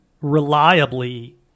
reliably